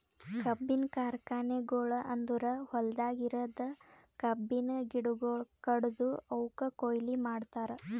ಕಬ್ಬಿನ ಕಾರ್ಖಾನೆಗೊಳ್ ಅಂದುರ್ ಹೊಲ್ದಾಗ್ ಇರದ್ ಕಬ್ಬಿನ ಗಿಡಗೊಳ್ ಕಡ್ದು ಅವುಕ್ ಕೊಯ್ಲಿ ಮಾಡ್ತಾರ್